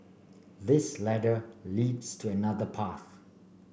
this ladder leads to another path